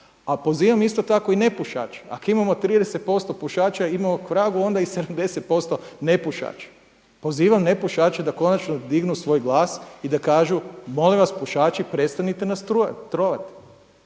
A pozivam isto tako i nepušače, ako imamo 30% pušaća imamo kvragu onda i 70% nepušača. Pozivam nepušače da konačno dignu svoj glas i da kažu, molim vas pušači prestanite nas trovati,